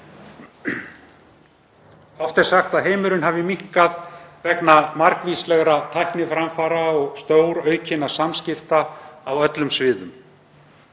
Oft er sagt að heimurinn hafi minnkað vegna margvíslegra tækniframfara og stóraukinna samskipta á öllum sviðum.